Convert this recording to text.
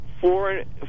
foreign